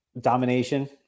Domination